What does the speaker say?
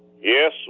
Yes